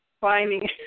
finding